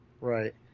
Right